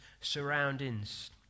surroundings